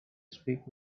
speak